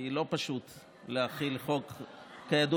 כי כידוע לא פשוט להחיל חוק בדיעבד,